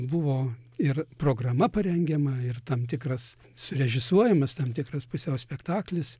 buvo ir programa parengiama ir tam tikras surežisuojamas tam tikras pusiau spektaklis